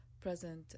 present